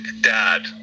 dad